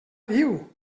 viu